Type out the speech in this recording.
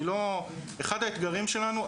אחד האתגרים שלנו,